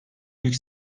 büyük